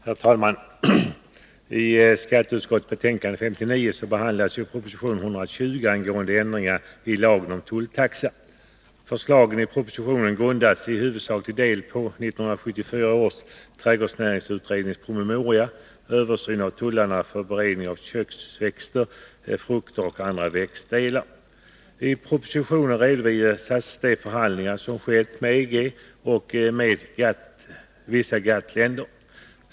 Herr talman! I skatteutskottets betänkande nr 59 behandlas proposition 120 om ändring i lagen med tulltaxa, m.m. Förslagen i propositionen grundas till huvudsaklig del på 1974 års trädgårdsnäringsutrednings promemoria Översyn av tullarna för beredningen av köksväxter, frukter eller andra växtdelar. I propositionen redovisas de förhandlingar som skett med EG och vissa GATT-länder.